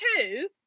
two